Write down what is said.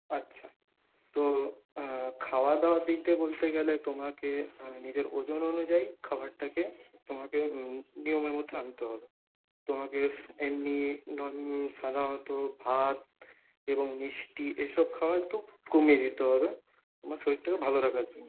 আচ্ছা তো খাওয়া দাওয়ার দিক দিয়ে বলতে গেলে তোমাকে নিজের ওজন অনুযায়ী খাবারটাকে তোমাকে নিয়মের মধ্যে আনতে হবে তোমাকে এমনি নন সাধারণত ভাত এবং মিষ্টি এসব খাওয়া একটু কমিয়ে দিতে হবে তোমার শরীরটাকে ভালো রাখার জন্যে